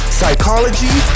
psychology